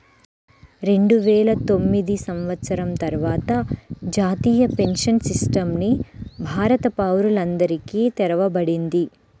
రెండువేల తొమ్మిది సంవత్సరం తర్వాత జాతీయ పెన్షన్ సిస్టమ్ ని భారత పౌరులందరికీ తెరవబడింది